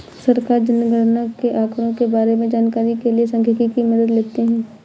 सरकार जनगणना के आंकड़ों के बारें में जानकारी के लिए सांख्यिकी की मदद लेते है